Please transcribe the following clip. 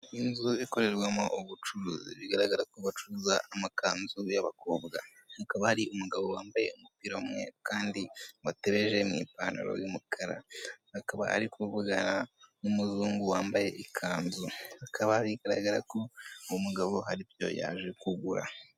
Inzu ikorerwamo ubucuruzi bigaragara ko bacuruza amakanzu y'abakobwa akaba ari umugabo wambaye umupira umwe kandi wateje mu ipantaro y'umukara akaba ari nk'umuzungu wambaye ikanzu bikaba bigaragara ko uwo mugabo haribyo yaje kugura.